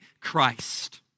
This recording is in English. Christ